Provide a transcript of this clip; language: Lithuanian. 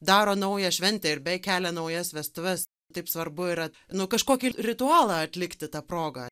daro naują šventę ir be kelia naujas vestuves taip svarbu yra nu kažkokį r ritualą atlikti ta proga